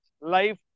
life